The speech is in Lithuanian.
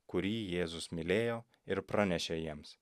kurį jėzus mylėjo ir pranešė jiems